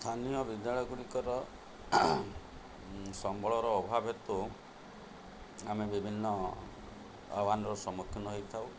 ସ୍ଥାନୀୟ ବିଦ୍ୟାଳୟ ଗୁଡ଼ିକର ସମ୍ବଳର ଅଭାବ ହେତୁ ଆମେ ବିଭିନ୍ନ ଆହ୍ୱାନର ସମ୍ମୁଖୀନ ହେଇଥାଉ